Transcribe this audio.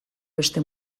beste